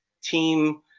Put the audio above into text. team